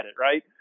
Right